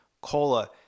cola